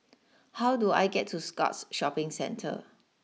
how do I get to Scotts Shopping Centre